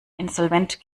insolvent